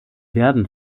werden